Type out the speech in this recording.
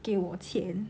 给我钱